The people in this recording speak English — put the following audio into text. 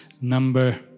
number